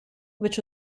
which